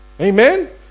Amen